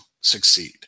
succeed